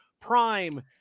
prime